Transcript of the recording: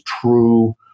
true